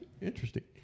interesting